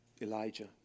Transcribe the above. Elijah